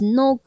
no